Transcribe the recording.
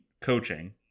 coaching